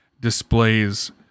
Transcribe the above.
Displays